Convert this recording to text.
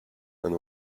and